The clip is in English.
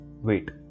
wait